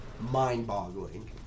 mind-boggling